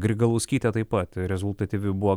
grigalauskytė taip pat rezultatyvi buvo